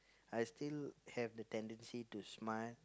I still have the tendency to smile